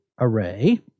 array